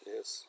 Yes